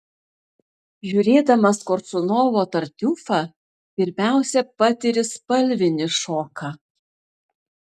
žiūrėdamas koršunovo tartiufą pirmiausia patiri spalvinį šoką